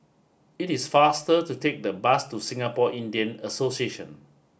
it is faster to take the bus to Singapore Indian Association